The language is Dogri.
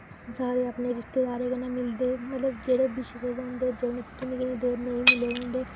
सारे अपने रिश्तेदारें कन्नै मिलदे न मतलब जेह्ड़े बिछड़े दे होंदे जेह्ड़े कदे नेईं मिले दे होंदे